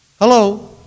Hello